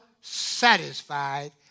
satisfied